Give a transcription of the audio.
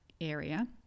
area